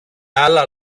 άλλα